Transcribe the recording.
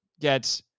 get